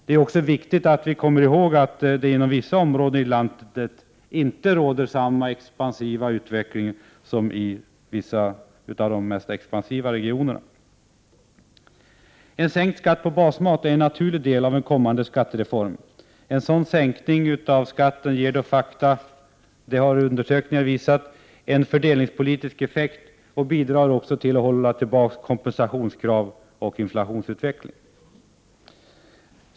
Man måste samtidigt komma ihåg att det inom vissa områden i landet inte råder samma expansiva utveckling som i vissa av de mest expansiva regionerna. Sänkt skatt på basmat är en naturlig del av en kommande skattereform. En sådan sänkning ger de facto — det har undersökningar visat — en fördelningspolitisk effekt och bidrar också till att hålla tillbaka kompensationskrav och inflationsutveckling.